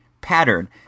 pattern